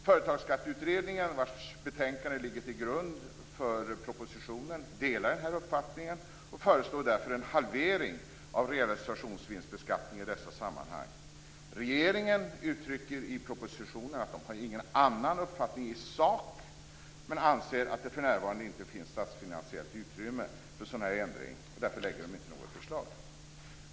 Företagsskatteutredningen, vars betänkande ligger till grund för propositionen, delar den här uppfattningen och föreslår därför en halvering av realisationsvinstbeskattningen i dessa sammanhang. Regeringen uttrycker i propositionen att den inte har någon annan uppfattning i sak, men anser att det för närvarande inte finns statsfinansiellt utrymme för en sådan ändring. Därför lägger den inte fram något förslag.